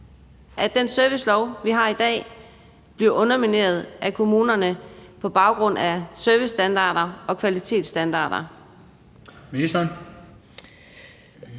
at den servicelov, vi har i dag, bliver undermineret af kommunerne på baggrund af servicestandarder og kvalitetsstandarder.